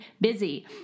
busy